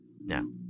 no